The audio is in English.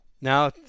now